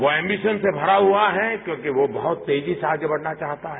वो एंबीशन से भरा हुआ है क्योंकि वो बहुत तेजी से आगे बढ़ना चाहता है